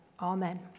Amen